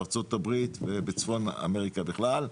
בארצות הברית ובצפון אמריקה בכלל.